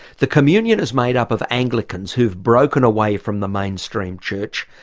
the communion is made up of anglicans who've broken away from the mainstream church,